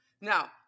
Now